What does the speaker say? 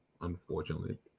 unfortunately